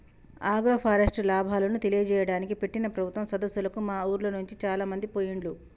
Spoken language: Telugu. ఆగ్రోఫారెస్ట్ లాభాలను తెలియజేయడానికి పెట్టిన ప్రభుత్వం సదస్సులకు మా ఉర్లోనుండి చాలామంది పోయిండ్లు